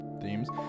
themes